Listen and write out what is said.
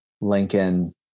Lincoln